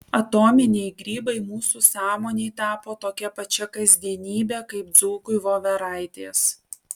atominiai grybai mūsų sąmonei tapo tokia pačia kasdienybe kaip dzūkui voveraitės